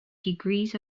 degrees